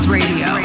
Radio